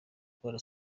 kubona